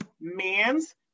man's